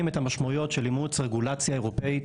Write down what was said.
את המשמעויות של אימוץ רגולציה אירופית,